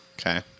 Okay